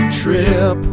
trip